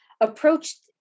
approached